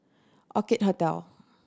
Orchid Hotel